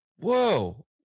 Whoa